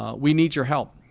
ah we need your help.